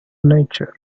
nature